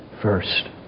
first